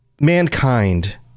mankind